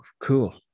Cool